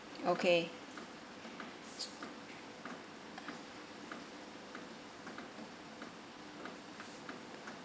okay